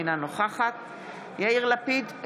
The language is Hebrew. אינה נוכחת יאיר לפיד,